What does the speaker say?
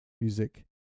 music